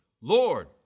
Lord